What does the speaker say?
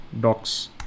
docs